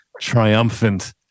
triumphant